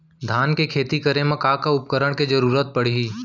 धान के खेती करे मा का का उपकरण के जरूरत पड़हि?